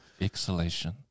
Exhalation